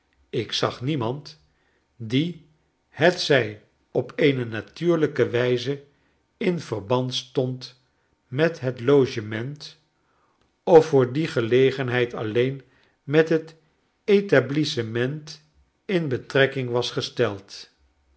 ik zag niemand die hetzij op eene natuurlijke wijze in verband stond met het logement of voor die gelegenheid alleen met het etablissement in betrekking was gesteld